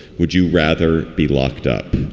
would you rather be locked up?